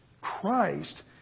Christ